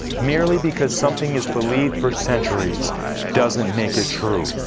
merely because something is believed for centuries doesn't make it true.